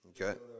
Okay